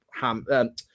ham